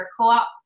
Co-op